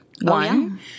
One